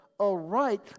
aright